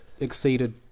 Exceeded